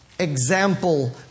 Example